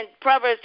Proverbs